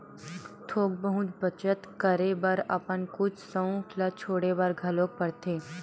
थोक बहुत बचत करे बर अपन कुछ सउख ल छोड़े बर घलोक परथे